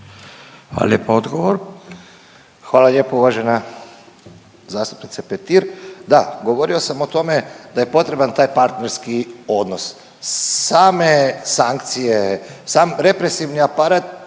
Hvala lijepo uvažena zastupnice Petir, da govorio sam o tome da je potreban taj partnerski odnos. Same sankcije, sam represivni aparat